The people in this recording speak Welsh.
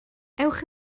ewch